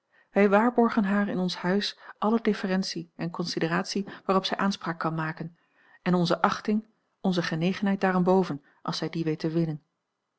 wij waarborgen haar in ons huis alle deferentie en consideratie waarop zij aanspraak kan maken en onze achting onze genegenheid daarenboven als zij die weet te winnen